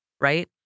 Right